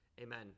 Amen